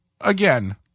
Again